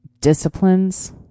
disciplines